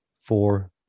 Four